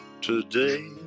today